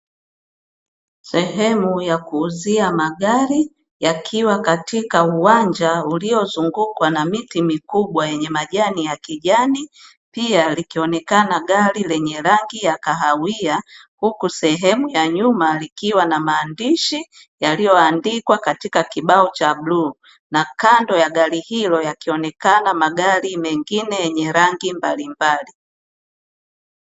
Sehemu ya kuuzia magari yakiwa katika uwanja uliozungukwa na miti mikubwa yenye majani ya kijani, pia likionekana gari lenye rangi ya kahawia, huku sehemu ya nyuma likiwa na maandishi yaliyoandikwa katika kibao cha bluu, na kando ya gari hilo yakionekana magari mengine yenye rangi mbalimbali.